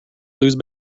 lose